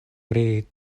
pri